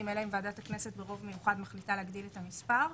אלא אם ועדת הכנסת ברוב מיוחד מחליטה להגדיל את המספר.